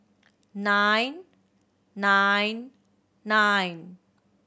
nine nine nine